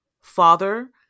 father